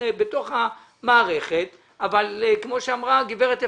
בתוך המערכת אבל כמו שאמרה הגברת אפרת,